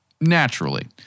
naturally